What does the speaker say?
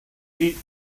eat